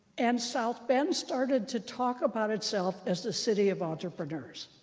and south bend started to talk about itself as the city of entrepreneurs.